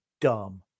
dumb